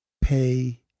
pay